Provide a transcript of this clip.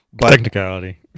Technicality